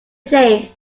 change